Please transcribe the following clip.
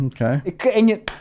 Okay